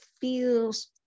feels